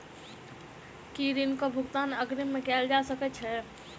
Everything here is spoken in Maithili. की ऋण कऽ भुगतान अग्रिम मे कैल जा सकै हय?